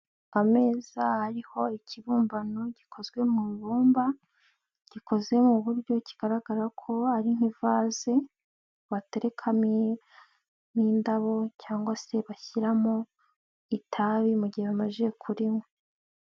Ameza ariho ikibumbano gikozwe mu ibumba, gikoze mu buryo kigaragara ko ari nk'ivaze baterekamo indabo cyangwa se bashyiramo itabi mu gihe bamajije kurinywa.